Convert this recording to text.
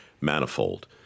manifold